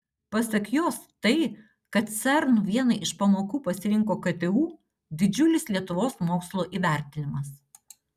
pasak jos tai kad cern vienai iš pamokų pasirinko ktu didžiulis lietuvos mokslo įvertinimas